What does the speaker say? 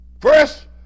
First